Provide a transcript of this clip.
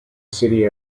city